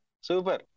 super